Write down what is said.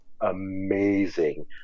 amazing